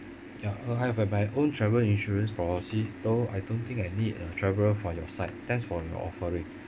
ya I have a my own travel insurance policy so I don't think I need a travel from your side thanks for your offering